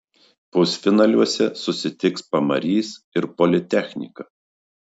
pusfinaliuose susitiks pamarys ir politechnika